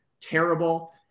terrible